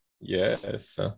Yes